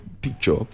picture